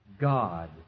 God